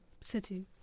City